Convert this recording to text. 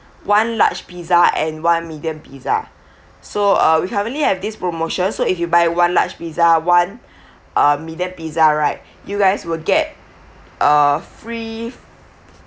one large pizza and one medium pizza so uh we currently have this promotion so if you buy one large pizza one uh medium pizza right you guys will get a free